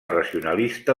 racionalista